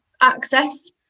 access